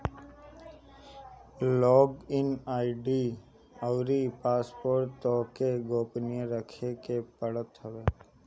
log in ID अउरी password तोहके गोपनीय रखे के पड़त हवे